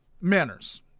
Manners